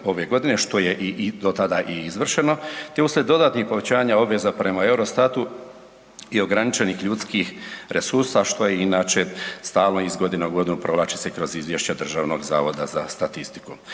ove godine, što je i, i do tada i izvršeno, te uslijed dodatnih povećanja obveza prema Eurostatu i ograničenih ljudskih resursa, što inače stalno iz godine u godinu provlači se kroz izvješća Državnog zavoda za statistiku.